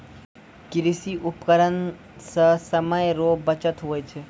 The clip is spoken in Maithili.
कृषि उपकरण से समय रो बचत हुवै छै